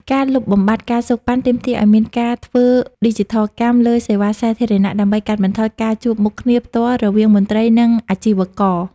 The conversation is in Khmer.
ការលុបបំបាត់ ការសូកប៉ាន់ ទាមទារឱ្យមានការធ្វើឌីជីថលកម្មលើសេវាសាធារណៈ ដើម្បីកាត់បន្ថយការជួបមុខគ្នាផ្ទាល់រវាងមន្ត្រី និងអាជីវករ។